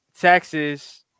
Texas